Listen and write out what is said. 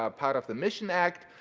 ah part of the mission act.